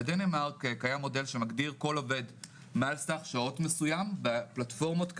בדנמרק קיים מודל שמגדיר כל עובד מעל סך שעות מסוים בפלטפורמות כאלה,